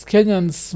Kenyans